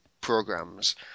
programs